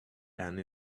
and